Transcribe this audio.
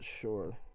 sure